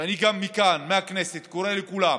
וגם אני מכאן, מהכנסת, קורא לכולם,